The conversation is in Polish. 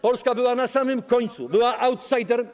Polska była na samym końcu, była outsiderem.